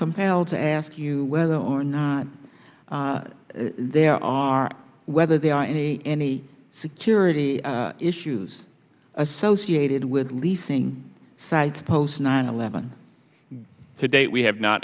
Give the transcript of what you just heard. compelled to ask you whether or not there are whether there are any any security issues associated with leasing side post nine eleven today we have not